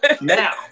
now